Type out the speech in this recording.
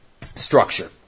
structure